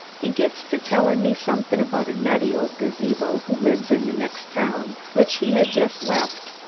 he gits to tellin' me somethin' about a nutty old gazebo who lives in the next town, which he had just left.